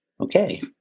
Okay